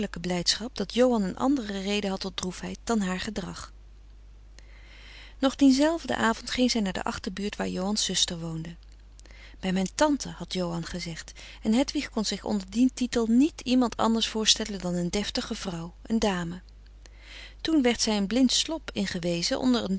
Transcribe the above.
blijdschap dat johan een andere reden had tot droefheid dan haar gedrag nog dienzelfden avond ging zij naar de achterbuurt waar johan's zuster woonde bij mijn tante had johan gezegd en hedwig kon zich onder dien titel niet iemand anders voorstellen dan een deftige vrouw een dame toen werd zij een blind slop in gewezen onder een